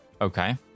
Okay